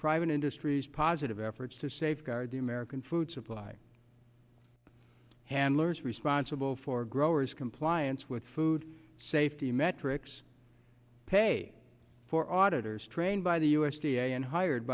private industries positive efforts to safeguard the american food supply handlers responsible for growers compliance with food safety metrics pay for auditors trained by the u s d a and hired